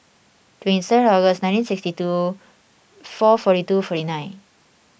twenty third August nineteen sixty two four forty two forty nine